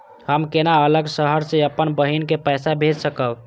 हम केना अलग शहर से अपन बहिन के पैसा भेज सकब?